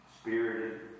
spirited